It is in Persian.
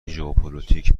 ژئوپلیتک